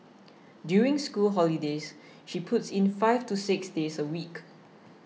during school holidays she puts in five to six days a week